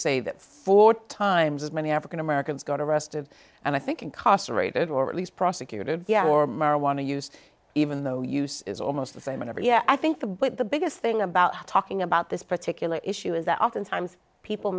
say that four times as many african americans got arrested and i think it cost aerated or at least prosecuted for marijuana use even though use is almost the same in every yeah i think the but the biggest thing about talking about this particular issue is that oftentimes people